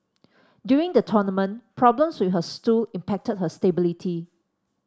during the tournament problems with her stool impacted her stability